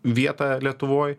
vietą lietuvoj